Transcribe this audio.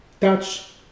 touch